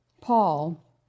Paul